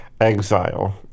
exile